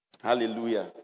Hallelujah